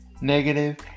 negative